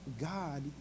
God